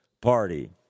Party